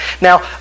now